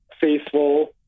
faithful